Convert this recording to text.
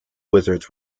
wizards